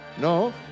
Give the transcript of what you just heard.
No